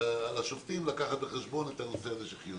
על השופטים לקחת בחשבון את הנושא הזה של חיוניות.